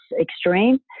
extreme